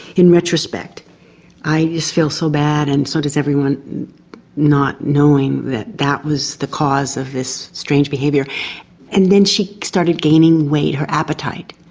in retrospect i just feel so bad and so does everyone not knowing that that was the cause of this strange behaviour and then she started gaining weight, her appetite,